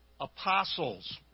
apostles